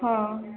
ହଁ